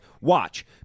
Watch